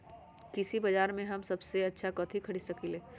कृषि बाजर में हम सबसे अच्छा कथि खरीद सकींले?